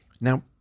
Now